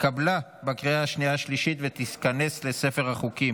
נתקבל 12 בעד, אין מתנגדים, אין נמנעים.